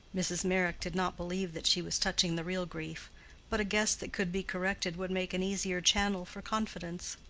mrs. meyrick did not believe that she was touching the real grief but a guess that could be corrected would make an easier channel for confidence.